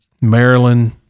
Maryland